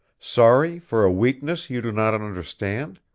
sorry for a weakness you do not understand?